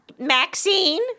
Maxine